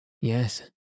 Yes